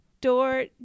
door